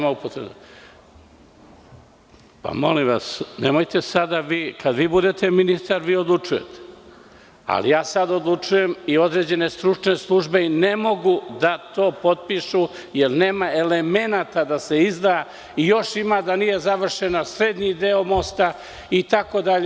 Molim vas, nemojte sada, kada vi budete ministar vi odlučujte, ali ja sada odlučujem i određene stručne službe ne mogu to da potpišu, jer nema elemenata da se izda i još ima da nije završen srednji deo mosta itd.